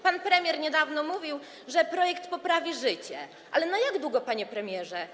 Pan premier niedawno mówił, że projekt poprawi jakość życia, ale na jak długo, panie premierze?